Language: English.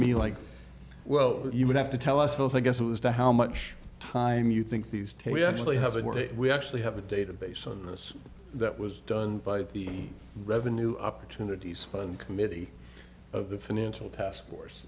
like well you would have to tell us first i guess it was to how much time you think these two actually hasn't it we actually have a database on this that was done by the revenue opportunities fund committee of the financial task force